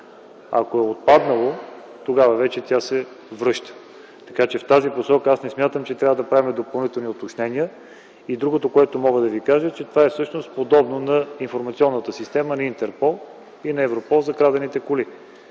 Ако е отпаднало, тогава вече тя се връща. В тази посока аз не смятам, че трябва да правим допълнителни уточнения. Другото - всъщност това е подобно на информационната система на Интерпол и на Европол за крадените коли.